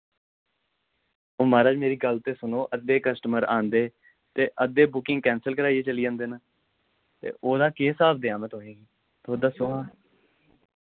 ओ माराज मेरी गल्ल ते सुनो अद्दे कस्टमर आंदे ते अद्दे बुकिंग कैंसल कराइयै चली जन्दे न ते ओह्दा केह् स्हाब देआं में तुसें तुस दस्सो हां